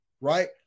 right